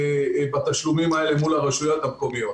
בתשלומים האלה מול הרשויות המקומיות.